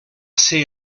ser